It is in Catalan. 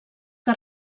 que